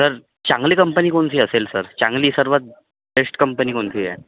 sir चांगली company कोणती असेल सर चांगली सर्वात बेस्ट कंपनी कोणती आहे